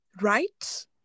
right